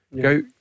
Go